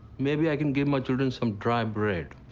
maybe i can give my children some dry bread.